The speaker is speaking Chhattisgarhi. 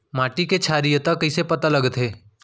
माटी के क्षारीयता कइसे पता लगथे?